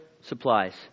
supplies